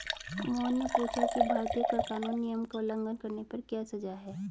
मोहन ने पूछा कि भारतीय कर कानून नियम का उल्लंघन करने पर क्या सजा है?